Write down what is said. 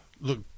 Look